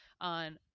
on